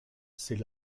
c’est